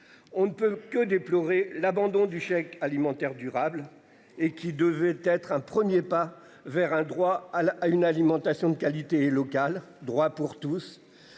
On ne peut que déplorer l'abandon du chèque alimentaire durable et qui devait être un 1er pas vers un droit à la, à une alimentation de qualité et locales droit pour tous